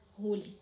holy